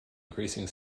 increasing